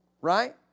right